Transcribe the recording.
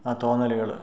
ആ തോന്നലുകൾ